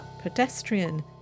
pedestrian